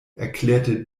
erklärte